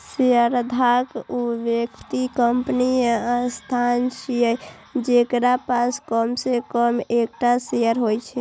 शेयरधारक ऊ व्यक्ति, कंपनी या संस्थान छियै, जेकरा पास कम सं कम एकटा शेयर होइ छै